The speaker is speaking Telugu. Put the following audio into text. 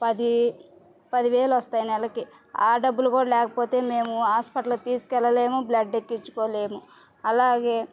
పది పదివేలు వస్తాయి నెలకి ఆ డబ్బులు కూడా లేకపోతే మేము హాస్పిటల్కి తీసుకు వెళ్లలేము బ్లడ్ ఎక్కించుకోలేము అలాగే